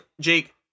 Jake